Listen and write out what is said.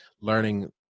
learning